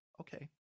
okay